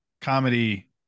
comedy